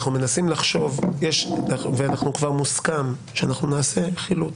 מנסים לחשוב, וכבר מוסכם שנעשה חילוט.